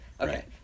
okay